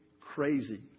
crazy